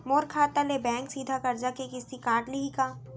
मोर खाता ले बैंक सीधा करजा के किस्ती काट लिही का?